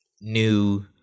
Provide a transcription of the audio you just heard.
new –